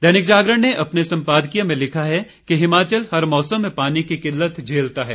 दैनिक जागरण ने अपने संपादकीय में लिखा है कि हिमाचल हर मौसम में पानी की किल्लत झेलता है